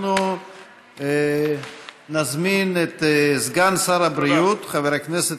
אנחנו נזמין את סגן שר הבריאות חבר הכנסת